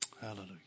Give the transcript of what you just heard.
Hallelujah